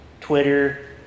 Twitter